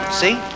see